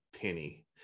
penny